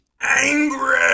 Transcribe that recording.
angry